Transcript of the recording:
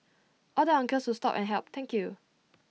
all the uncles who stopped and helped thank you